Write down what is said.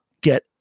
get